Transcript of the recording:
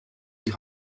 die